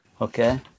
okay